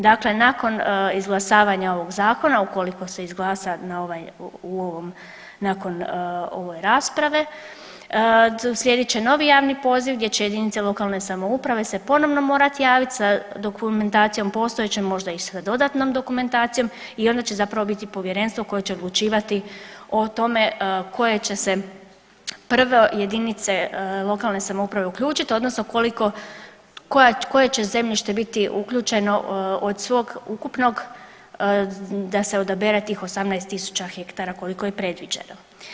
Dakle, nakon izglasavanja ovog zakona ukoliko se izglasa nakon ove rasprave uslijedit će novi javni poziv gdje će jedinice lokalne samouprave se ponovno morat javit sa dokumentacijom postojećom možda i sa dodatnom dokumentacijom i onda će zapravo biti povjerenstvo koje će odlučivati o tome koje će se prvo jedinice lokalne samouprave uključiti, odnosno koliko, koje će zemljište biti uključeno od svog ukupnog da se odabere tih 18000 ha koliko je predviđeno.